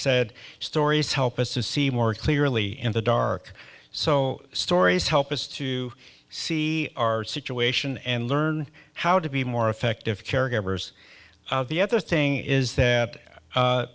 said stories help us to see more clearly in the dark so stories help us to see our situation and learn how to be more effective caregivers the other thing is that